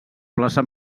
plaça